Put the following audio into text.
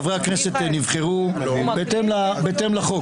חברי הכנסת נבחרו בהתאם לחוק.